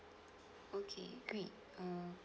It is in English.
okay great err